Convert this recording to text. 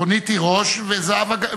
רונית תירוש וזהבה,